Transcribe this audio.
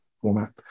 format